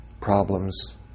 problems